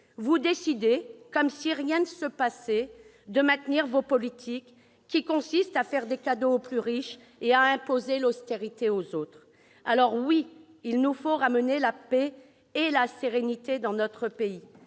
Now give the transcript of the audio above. vous décidez, comme si rien ne se passait, de maintenir vos politiques visant à faire des cadeaux aux plus riches et à imposer l'austérité aux autres ! Oui, il nous faut ramener la paix et la sérénité dans notre pays.